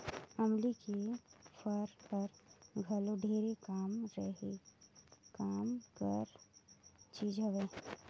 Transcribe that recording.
अमली के फर हर घलो ढेरे काम कर चीज हवे